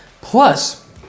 Plus